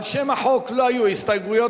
על שם החוק לא היו הסתייגויות.